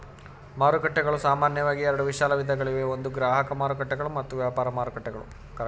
ಮಾರುಕಟ್ಟೆಗಳು ಸಾಮಾನ್ಯವಾಗಿ ಎರಡು ವಿಶಾಲ ವಿಧಗಳಿವೆ ಒಂದು ಗ್ರಾಹಕ ಮಾರುಕಟ್ಟೆಗಳು ಮತ್ತು ವ್ಯಾಪಾರ ಮಾರುಕಟ್ಟೆಗಳು